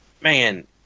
man